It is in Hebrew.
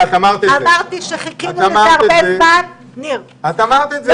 אמרתי שחיכינו לזה הרבה זמן --- את אמרת את זה.